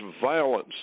violence